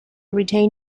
retain